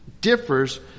differs